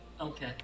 Okay